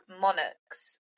monarchs